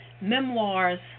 Memoirs